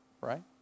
Right